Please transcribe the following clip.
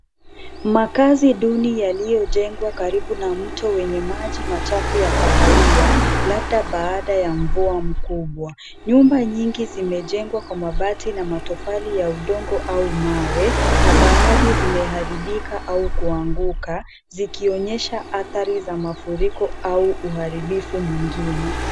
Makaazi duni yaliyojengwa karibu na mto wenye maji machafu ya kahawia, labda baada ya mvua mkubwa. Nyumba nyingi zimejengwa kwa mabati na matofali ya udongo au mawe na baadhi zimeharibika au kuanguka, zikionyesha athari za mafuriko au uharibifu mwingine.